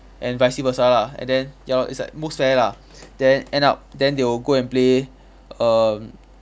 and vice versa lah and then ya lor it's like most fair lah then end up then they will go and play err